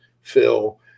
Phil